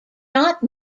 not